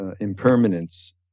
impermanence